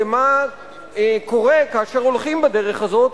למה שקורה כשהולכים בדרך הזאת,